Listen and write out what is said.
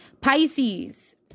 Pisces